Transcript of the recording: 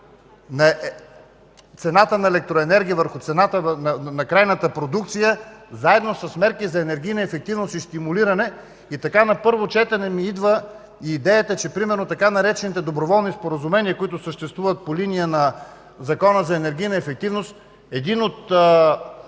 на цената на електроенергия върху цената на крайната продукция заедно с мерки за енергийна ефективност и стимулиране. И така на първо четене ми идва идеята, че, примерно, така наречените „доброволни споразумения”, които съществуват по линия на Закона за енергийна ефективност, един от